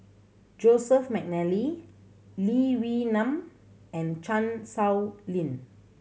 Joseph McNally Lee Wee Nam and Chan Sow Lin